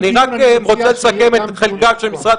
אני רק רוצה לסכם את חלקו של משרד